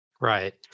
Right